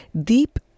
Deep